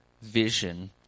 vision